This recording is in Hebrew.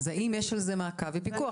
אז האם יש על זה מעקב ופיקוח?